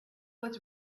was